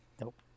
Nope